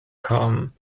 kamen